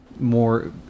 more